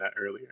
earlier